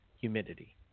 humidity